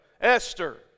esther